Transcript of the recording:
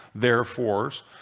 therefores